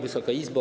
Wysoka Izbo!